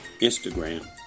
Instagram